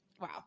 wow